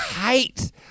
hate